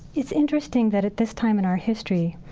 it's interesting that at this time in our history,